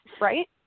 right